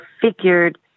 figured